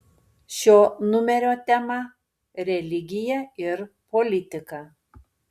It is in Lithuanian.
šio numerio tema religija ir politika